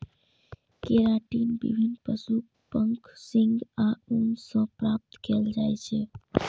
keratin विभिन्न पशुक पंख, सींग आ ऊन सं प्राप्त कैल जाइ छै